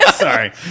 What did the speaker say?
Sorry